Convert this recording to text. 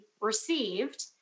received